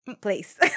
place